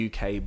uk